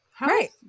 right